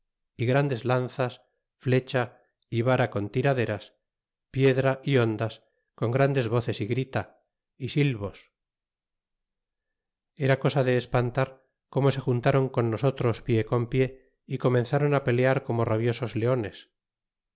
a grandes lanzas flecha y vara con tiraderas piedra hondas con grandes voces é grita y divos era cosa de espantar como sejuntáron con nosotros pie con pie y comenzaron a pelear como rabiosos leones